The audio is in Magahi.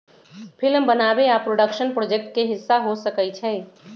फिल्म बनाबे आ प्रोडक्शन प्रोजेक्ट के हिस्सा हो सकइ छइ